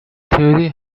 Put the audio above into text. theory